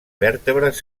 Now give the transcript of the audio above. vèrtebres